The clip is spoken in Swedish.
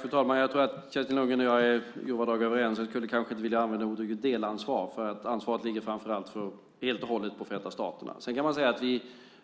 Fru talman! Jag tror att Kerstin Lundgren och jag är överens i grova drag. Jag skulle kanske inte vilja använda ordet "delansvar". Ansvaret ligger helt och hållet på Förenta staterna. Sedan kan man säga att vi